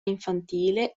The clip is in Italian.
infantile